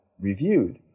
reviewed